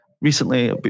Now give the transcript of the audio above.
recently